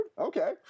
Okay